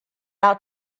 out